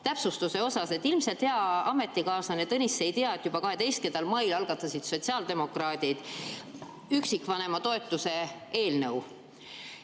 sõnavõtt. Täpsustuseks: ilmselt hea ametikaaslane Tõnis ei tea, et juba 12. mail algatasid sotsiaaldemokraadid üksikvanema [lapse] toetuse eelnõu.